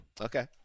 Okay